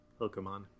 Pokemon